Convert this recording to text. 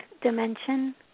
dimension